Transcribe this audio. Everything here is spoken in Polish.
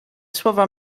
słowa